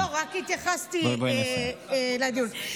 רק התייחסתי לדיון.